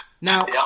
Now